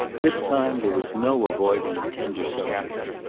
this time there was no avoiding of tender subjects.